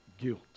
guilt